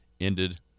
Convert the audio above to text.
ended